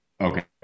okay